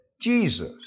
Jesus